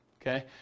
Okay